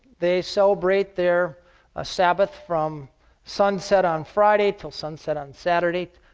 they celebrate their ah sabbath from sunset on friday till sunset on saturday.